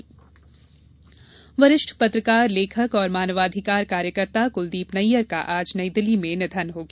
कुलदीप निधन वरिष्ठ पत्रकार लेखक और मानवाधिकार कार्यकर्ता कुलदीप नैय्यर का आज नई दिल्ली में निधन हो गया